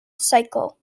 cycle